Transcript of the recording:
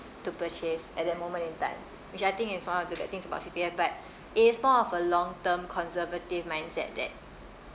to purchase at that moment in time which I think is one of the bad things about C_P_F but it is more of a long term conservative mindset that